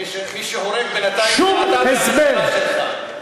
מי שהורג בינתיים זה אתה והממשלה שלך, שום הסבר.